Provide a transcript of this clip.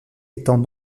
étant